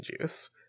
juice